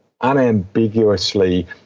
unambiguously